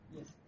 Yes